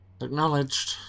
Acknowledged